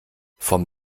vom